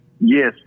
Yes